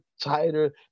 tighter